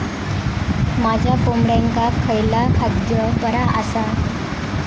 माझ्या कोंबड्यांका खयला खाद्य बरा आसा?